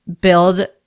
build